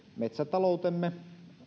metsätaloutemme